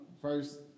First